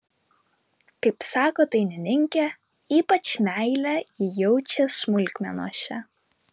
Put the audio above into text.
kaip sako dainininkė ypač meilę ji jaučia smulkmenose